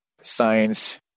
science